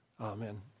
amen